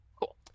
Cool